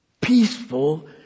peaceful